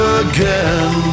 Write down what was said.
again